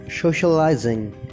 socializing